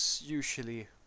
usually